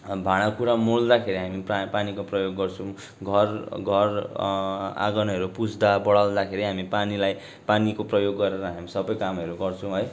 अब भाँडाकुँडा मोल्दाखेरि हामी पा पानीको प्रयोग गर्छौँ घर घर आँगनहरू पुस्दा बडार्दाखेरि हामी पानीलाई पानीको प्रयोग गरेर हामी सबै कामहरू गर्छौँ है